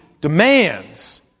demands